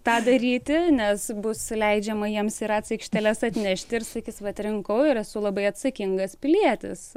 tą daryti nes bus leidžiama jiems į ratc aikšteles atnešti ir sakys vat rinkau ir esu labai atsakingas pilietis